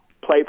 play